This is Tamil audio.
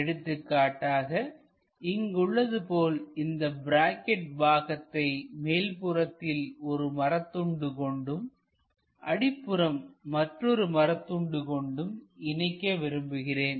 எடுத்துக்காட்டாக இங்கு உள்ளது போல் இந்த பிராக்கெட் பாகத்தை மேல் புறத்தில் ஒரு மரத்துண்டு கொண்டும் அடிப்புறம் மற்றொரு மரத்துண்டு கொண்டும் இணைக்க விரும்புகிறேன்